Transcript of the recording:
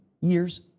years